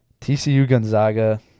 TCU-Gonzaga